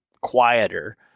quieter